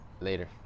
Later